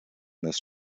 this